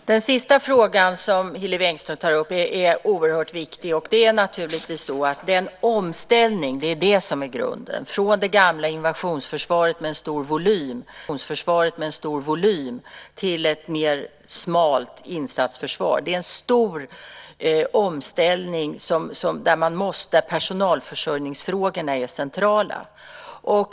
Fru talman! Den sista fråga som Hillevi Engström tar upp är oerhört viktig, och det är naturligtvis så att den omställning som är grunden, från det gamla invasionsförsvaret med en stor volym till ett mer smalt insatsförsvar, är en stor omställning där personalförsörjningsfrågorna är centrala.